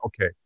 Okay